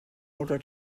order